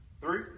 three